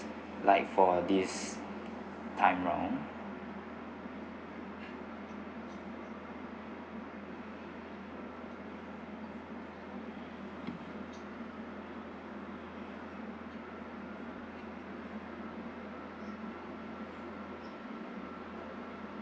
like for this time round